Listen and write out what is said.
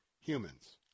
humans